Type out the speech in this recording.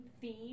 theme